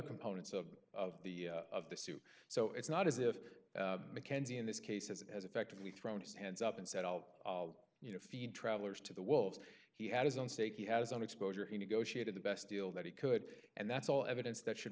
components of of the of the suit so it's not as if mckenzie in this case has as effectively thrown his hands up and said you know feed travellers to the wolves he had his own sake he has an exposure he negotiated the best deal that he could and that's all evidence that should